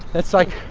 that's, like,